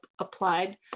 applied